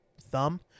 thumb